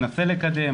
מנסה לקדם,